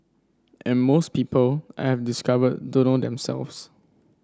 and most people I've discovered don't know themselves